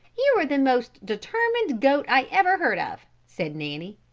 you are the most determined goat i ever heard of, said nanny.